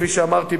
כפי שאמרתי,